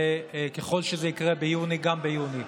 וככל שזה יקרה ביוני, גם ביוני.